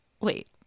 Wait